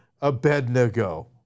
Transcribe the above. Abednego